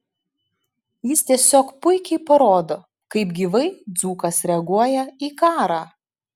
jis tiesiog puikiai parodo kaip gyvai dzūkas reaguoja į karą